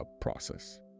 process